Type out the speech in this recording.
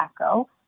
echo